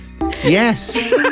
Yes